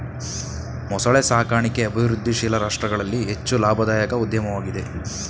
ಮೊಸಳೆ ಸಾಕಣಿಕೆ ಅಭಿವೃದ್ಧಿಶೀಲ ರಾಷ್ಟ್ರಗಳಲ್ಲಿ ಹೆಚ್ಚು ಲಾಭದಾಯಕ ಉದ್ಯಮವಾಗಿದೆ